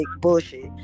bullshit